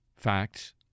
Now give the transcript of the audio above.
Facts